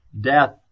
Death